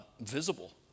visible